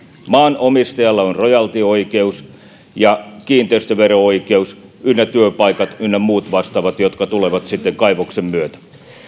maanomistajalla on rojaltioikeus ja kiinteistövero oikeus ynnä työpaikat ynnä muut vastaavat jotka tulevat sitten kaivoksen myötä